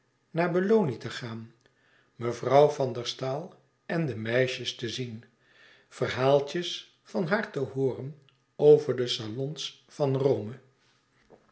naar belloni te gaan mevrouw van der staal en de meisjes te zien verhaaltjes van haar te hooren over de salons van rome